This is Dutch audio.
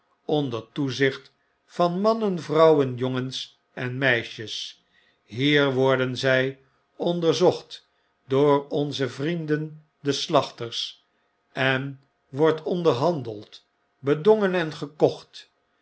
onder toezicht van mannen vrouwen jongens en meisjes hier worden zy onderzocht door onze vrienden de slachters er wordt onderhandeld bedongen en gekocht